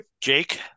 Jake